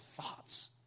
thoughts